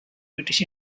british